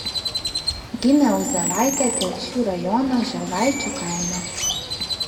gimė uzėlaitė telšių rajono želvaičių kaime